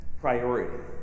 priority